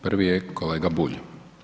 Prvi je kolega Bulj.